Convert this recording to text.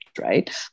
right